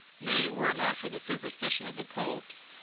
nay, were it not for the superstition of the popes,